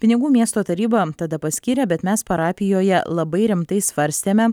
pinigų miesto taryba tada paskyrė bet mes parapijoje labai rimtai svarstėme